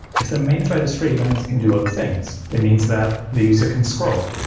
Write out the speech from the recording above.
if the main thread is free, that means it can do other things. it means that the user can scroll.